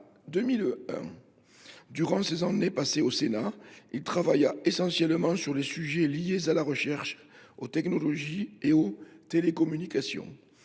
2001. Durant les années qu’il a passées au Sénat, il travailla essentiellement sur les sujets liés à la recherche, aux technologies et aux télécommunications.